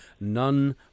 None